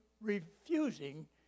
refusing